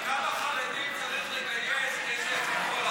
כמה חרדים צריך לגייס בשביל,